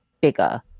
bigger